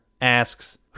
asks